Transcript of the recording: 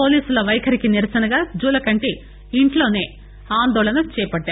పోలీసుల వైఖరికి నిరసనగా జూలకంటి ఇంట్లోనే ఆందోళన చేపట్టారు